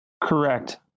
Correct